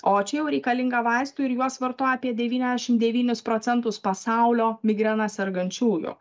o čia jau reikalinga vaistų ir juos vartoja apie devyniasdešim devynis procentus pasaulio migrena sergančiųjų